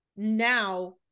Now